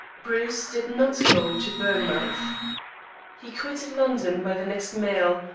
bruce did not go to bournemouth. he quitted london by the next mail,